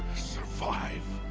survive?